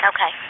Okay